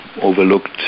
overlooked